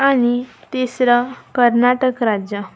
आणि तिसरं कर्नाटक राज्य